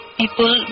people